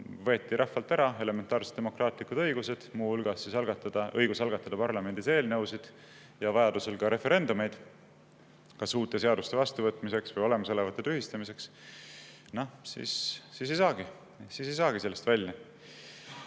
võeti rahvalt ära elementaarsed demokraatlikud õigused, muu hulgas õigus algatada parlamendis eelnõusid ja vajaduse korral ka referendumeid kas uute seaduste vastuvõtmiseks või olemasolevate tühistamiseks –, siis ei saagi sellest